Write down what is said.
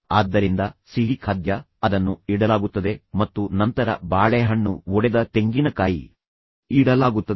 ಆದ್ದರಿಂದ ಸಿಹಿ ಖಾದ್ಯ ಅದನ್ನು ಇಡಲಾಗುತ್ತದೆ ಮತ್ತು ನಂತರ ಬಾಳೆಹಣ್ಣು ಒಡೆದ ತೆಂಗಿನಕಾಯಿ ಇಡಲಾಗುತ್ತದೆ